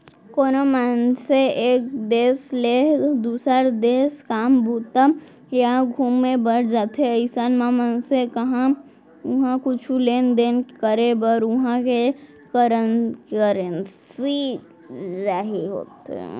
कोनो मनसे एक देस ले दुसर देस काम बूता या घुमे बर जाथे अइसन म मनसे उहाँ कुछु लेन देन करे बर उहां के करेंसी चाही होथे